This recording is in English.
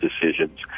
decisions